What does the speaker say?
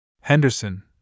Henderson